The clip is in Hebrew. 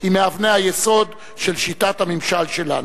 היא מאבני היסוד של שיטת הממשל שלנו.